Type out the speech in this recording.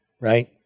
Right